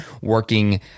working